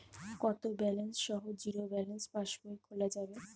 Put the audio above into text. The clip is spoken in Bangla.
কত ব্যালেন্স সহ জিরো ব্যালেন্স পাসবই খোলা যাবে?